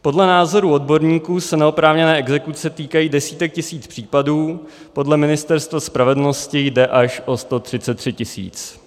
Podle názoru odborníků se neoprávněné exekuce týkají desítek tisíc případů, podle Ministerstva spravedlnosti jde až o 133 tisíc.